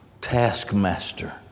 taskmaster